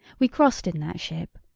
we crossed in that ship.